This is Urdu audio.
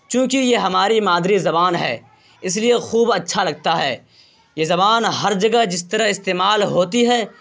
چوںکہ یہ ہماری مادری زبان ہے اس لیے خوب اچھا لگتا ہے یہ زبان ہر جگہ جس طرح استعمال ہوتی ہے